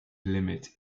limit